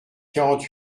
quarante